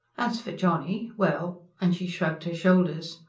as for johnny well. and she shrugged her shoulders.